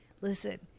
Listen